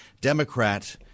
Democrat